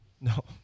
No